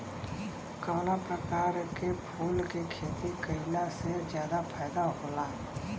कवना प्रकार के फूल के खेती कइला से ज्यादा फायदा होला?